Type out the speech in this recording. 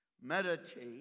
meditate